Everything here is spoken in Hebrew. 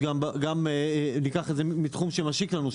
גם בתחום משיק לנו,